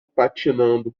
patinando